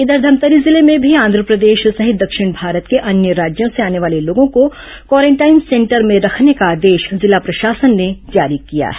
इधर धमतरी जिले में भी आंधप्रदेश सहित दक्षिण भारत के अन्य राज्यों से आने वाले लोगों को क्वारेंटाइन सेंटर में रखने का आदेश जिला प्रशासन ने जारी किया है